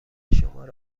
شماره